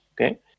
okay